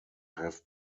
have